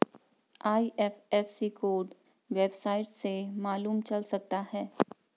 IFSC code website से मालूम चल सकता है